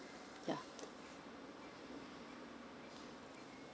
yeah